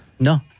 No